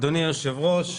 אדוני היושב-ראש,